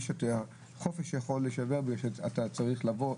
חופש אתה צריך לבוא,